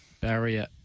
barrier